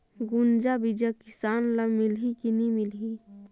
गुनजा बिजा किसान ल मिलही की नी मिलही?